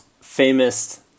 famous